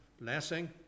blessing